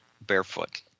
barefoot